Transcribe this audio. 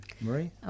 Marie